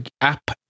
app